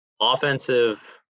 offensive